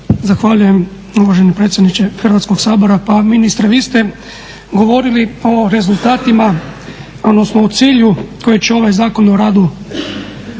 Zahvaljujem uvaženi predsjedniče Hrvatskog sabora. Pa ministre vi ste govorili o rezultatima, odnosno u cilju koji će ovaj Zakon o radu donesti.